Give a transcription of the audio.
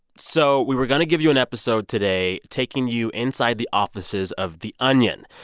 so we were going to give you an episode today taking you inside the offices of the onion,